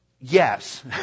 Yes